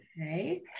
Okay